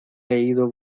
leído